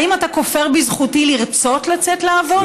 האם אתה כופר בזכותי לרצות לצאת לעבוד?